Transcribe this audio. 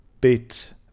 Bit